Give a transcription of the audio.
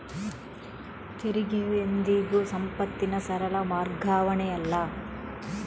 ತೆರಿಗೆಯು ಎಂದಿಗೂ ಸಂಪತ್ತಿನ ಸರಳ ವರ್ಗಾವಣೆಯಲ್ಲ